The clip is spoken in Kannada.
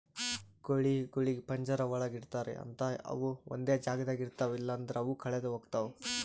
ಕೋಳಿಗೊಳಿಗ್ ಪಂಜರ ಒಳಗ್ ಇಡ್ತಾರ್ ಅಂತ ಅವು ಒಂದೆ ಜಾಗದಾಗ ಇರ್ತಾವ ಇಲ್ಲಂದ್ರ ಅವು ಕಳದೆ ಹೋಗ್ತಾವ